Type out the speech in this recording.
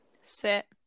Sit